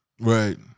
right